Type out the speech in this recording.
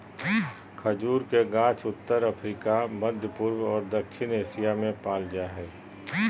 खजूर के गाछ उत्तर अफ्रिका, मध्यपूर्व और दक्षिण एशिया में पाल जा हइ